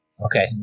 Okay